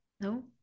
No